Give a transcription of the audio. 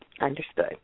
Understood